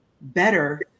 better